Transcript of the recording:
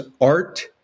art